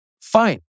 Fine